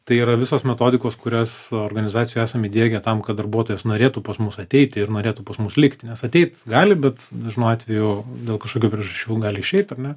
tai yra visos metodikos kurias organizacijoj esam įdiegę tam kad darbuotojas norėtų pas mus ateiti ir norėtų pas mus likti nes ateit gali bet dažnu atveju dėl kažkokių priežasčių gali išeit ar ne